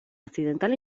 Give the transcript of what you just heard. occidental